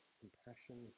compassion